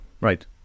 Right